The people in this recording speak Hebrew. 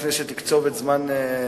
לפני שתקצוב את זמן נאומי,